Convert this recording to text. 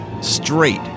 straight